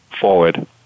forward